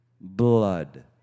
blood